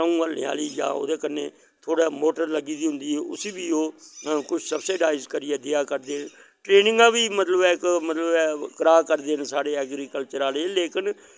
त्रऊं हल्लें आह्ली ऐ ओह्दे कन्नै थोह्ड़ै मोटर लग्गी दी होंदी ऐ उसी बी ओह् कुश सबसिडाईस करियै देआ करदे ट्रेनिंगा बी मतलव ऐ करा करदे न साढ़े ऐग्रीकल्चर आह्ले लेकन